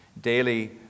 daily